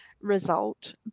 result